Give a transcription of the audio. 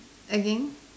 again